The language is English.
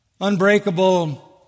unbreakable